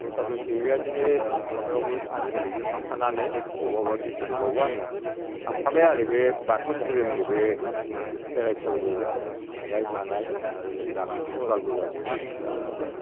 दस्रा दस्रि बेबादिनो माबायावबो आनस'लिगजों थांफानानै अबबा अबबा डिसट्रिकआवबो आं थांफाबाय आरो बे बाथौ धोरोमनि बे जिहेथु खेराय फोरबो खुंनाय मानाय आरो नै दाखालिसो अदालगुरियाव जाखांबाय